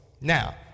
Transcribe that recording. now